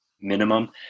minimum